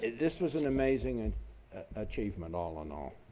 this was an amazing and achievement all and all.